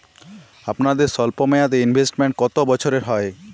আপনাদের স্বল্পমেয়াদে ইনভেস্টমেন্ট কতো বছরের হয়?